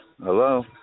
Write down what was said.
Hello